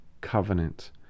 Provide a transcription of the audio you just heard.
covenant